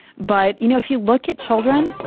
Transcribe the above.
but you know if you look at children,